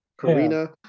Karina